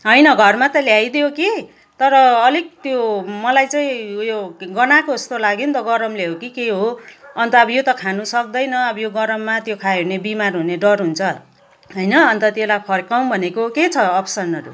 होइन घरमा त ल्याइदियो कि तर अलिक त्यो मलाई चाहिँ उयो गनाएको जस्तो लाग्यो नि गरमले हो कि के हो अन्त अब त यो त खानु त सक्दैन अब यो गरममा त्यो खायो भने बिमार हुने डर हुन्छ होइन अन्त त्यलाई फर्काऊँ भनेको के छ अप्सनहरू